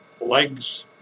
legs